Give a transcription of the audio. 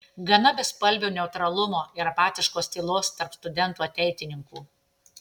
gana bespalvio neutralumo ir apatiškos tylos tarp studentų ateitininkų